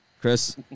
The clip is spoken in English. Chris